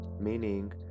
Meaning